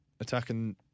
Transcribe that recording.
attacking